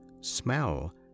smell